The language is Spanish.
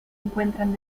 encuentran